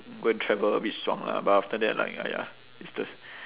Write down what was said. go and travel a bit 爽 lah but after that like !aiya! it's the